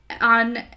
on